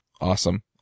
Awesome